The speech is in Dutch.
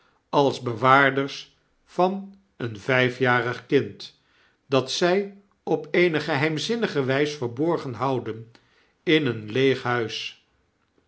als bewaarders van een vijfjarig kind dat zij op eene geheimzinnige wijs verborgen houden in een leeg huis